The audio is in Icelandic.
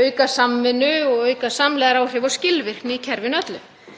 auka samvinnu, samlegðaráhrif og skilvirkni í kerfinu öllu.